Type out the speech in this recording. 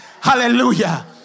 Hallelujah